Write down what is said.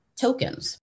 tokens